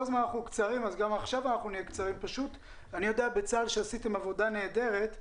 אני יודע בצה"ל שעשיתם עבודה נהדרת,